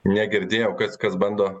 negirdėjau kas kas bando